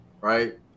right